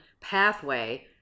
pathway